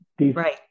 right